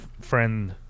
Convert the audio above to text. friend